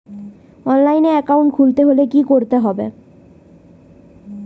অনলাইনে একাউন্ট খুলতে হলে কি করতে হবে?